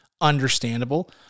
Understandable